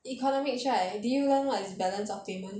economics right did you learn what is balance of payment